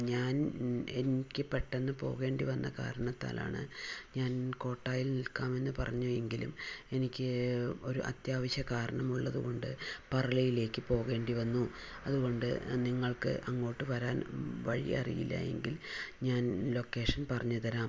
ഞാൻ എനിക്ക് പെട്ടെന്ന് പോകേണ്ടി വന്ന കാരണത്താലാണ് ഞാൻ കോട്ടായിൽ നിൽക്കാം എന്നു പറഞ്ഞു എങ്കിലും എനിക്ക് ഒരു അത്യാവശ്യ കാരണം ഉള്ളതുകൊണ്ട് പർലയിലേക്ക് പോവേണ്ടി വന്നു അതുകൊണ്ട് നിങ്ങൾക്ക് അങ്ങോട്ട് വരാൻ വഴി അറിയില്ല എങ്കിൽ ഞാൻ ലൊക്കേഷൻ പറഞ്ഞു തരാം